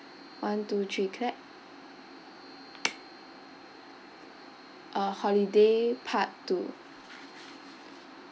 one two three clap uh holiday part two